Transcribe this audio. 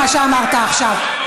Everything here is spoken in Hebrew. מה שאמרת עכשיו,